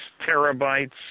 terabytes